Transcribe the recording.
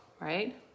right